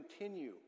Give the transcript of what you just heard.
continue